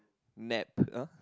nap uh